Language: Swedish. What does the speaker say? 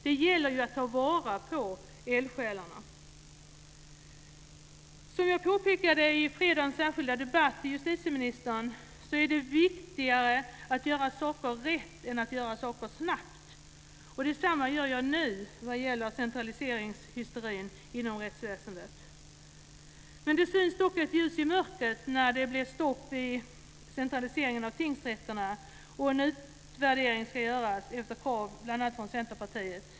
Det gäller ju att ta vara på eldsjälarna. Som jag påpekade för justitieministern i fredagens särskilda debatt är det viktigare att göra saker rätt än att göra saker snabbt. Detsamma gör jag nu när det gäller centraliseringshysterin inom rättsväsendet. Men det syntes dock ett ljus i mörkret när blev stopp för centraliseringen av tingsrätterna. En utvärdering ska nu göras efter krav från bl.a. Centerpartiet.